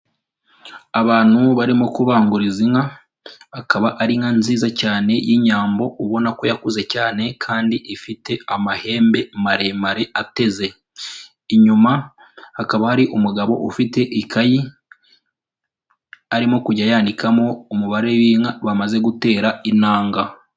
Abantu barimo kubanguriza inka akaba ari inka nziza cyane y'inyambo ubona ko yakuze cyane kandi ifite amahembe maremare ateze. Inyuma hakaba hari umugabo ufite ikayi arimo kujya yandikamo umubare w'inka bamaze gutera intanga.